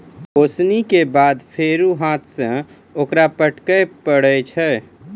ओसौनी केरो बाद फेरु हाथ सें ओकरा फटके परै छै